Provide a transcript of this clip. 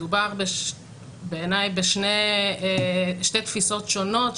מדובר בעיניי בשתי תפיסות שונות,